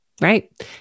right